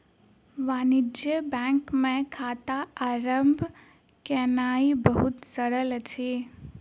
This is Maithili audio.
वाणिज्य बैंक मे खाता आरम्भ केनाई बहुत सरल अछि